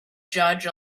judge